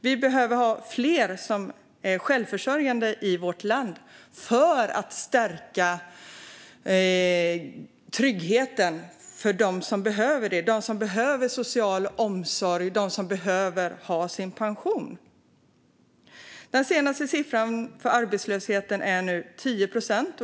Det behövs fler i vårt land som är självförsörjande för att stärka tryggheten för dem som behöver det, det vill säga de som behöver social omsorg och som behöver ha sin pension. Den senaste siffran för arbetslösheten ligger nu på 10 procent.